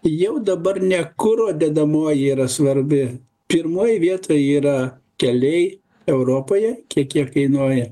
jau dabar ne kuro dedamoji yra svarbi pirmoj vietoj yra keliai europoje kiek jie kainuoja